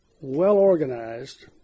well-organized